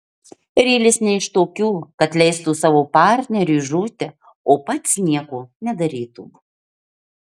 rylis ne iš tokių kad leistų savo partneriui žūti o pats nieko nedarytų